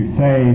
say